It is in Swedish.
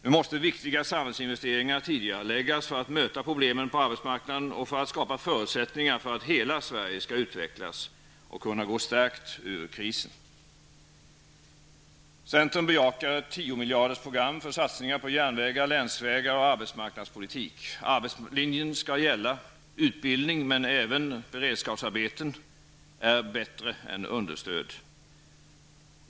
Nu måste viktiga samhällsinvesteringar tidigareläggas för att möta problemen på arbetsmarknaden och för att skapa förutsättningar för att hela Sverige skall utvecklas och kunna gå stärkt ur krisen. Centern bejakar ett 10-miljardersprogram för satsningar på järnvägar, länsvägar och arbetsmarnadspolitik. Arbetslinjen skall gälla. Utbildning, även beredskapsarbeten, är bättre än understöd.